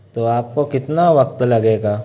تو آپ کو کتنا وقت لگے گا